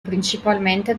principalmente